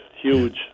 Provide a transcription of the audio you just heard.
huge